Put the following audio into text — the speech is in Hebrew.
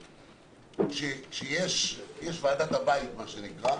יש ועדת הבית, מה שנקרא.